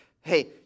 hey